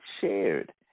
shared